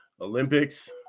olympics